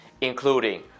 including